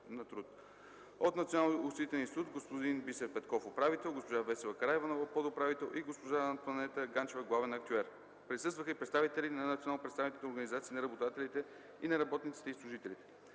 от Националния осигурителен институт: господин Бисер Петков – управител, госпожа Весела Караиванова – подуправител, и госпожа Антоанета Ганчева – главен актюер. Присъстваха и представители на национално представителните организации на работодателите и на работниците и служителите.